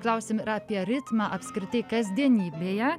klausim ir apie ritmą apskritai kasdienybėje